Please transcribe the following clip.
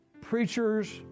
Preachers